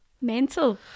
mental